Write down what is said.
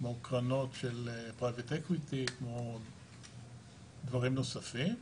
כמו קרנות של private equityוכמו דברים נוספים.